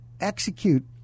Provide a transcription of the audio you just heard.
execute